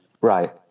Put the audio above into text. right